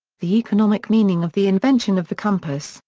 the economic meaning of the invention of the compass,